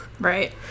right